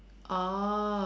oh